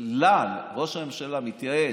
ראש הממשלה מתייעץ,